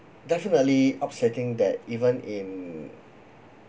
definitely upsetting that even in